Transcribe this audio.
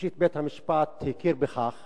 ראשית, בית-המשפט הכיר בכך